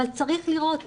אבל צריך לראות,